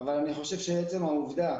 אבל אני חושב שעצם העובדה